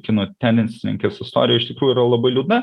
kinų tenisininkės istorija iš tikrųjų yra labai liūdna